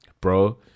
Bro